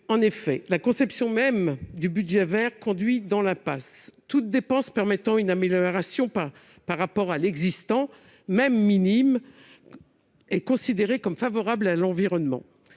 En effet, la conception même du budget vert conduit à une impasse : toute dépense permettant une amélioration par rapport à l'existant est considérée comme favorable à l'environnement,